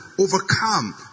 overcome